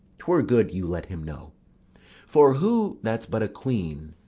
twere good you let him know for who that's but a queen,